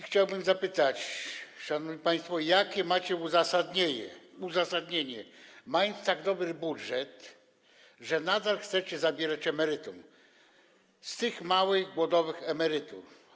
Chciałbym zapytać, szanowni państwo: Jakie macie uzasadnienie, mając tak dobry budżet, że nadal chcecie zabierać emerytom z tych małych, głodowych emerytur?